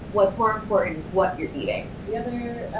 what's more important is what you're eating. the other